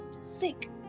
sick